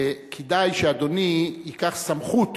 וכדאי שאדוני ייקח סמכות